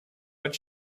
but